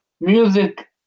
Music